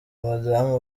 madam